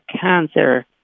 cancer